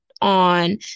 on